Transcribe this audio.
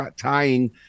tying